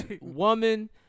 woman